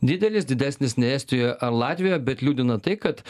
didelis didesnis nei estijoje ar latvijoje bet liūdina tai kad